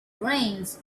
brains